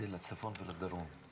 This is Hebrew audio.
זה לצפון ולדרום?